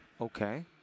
Okay